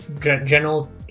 general